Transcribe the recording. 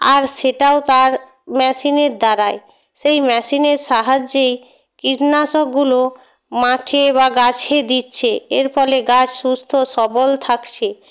আর সেটাও তার মেশিনের দ্বারাই সেই মেশিনের সাহায্যেই কীটনাশকগুলো মাঠে বা গাছে দিচ্ছে এর ফলে গাছ সুস্থ ও সবল থাকছে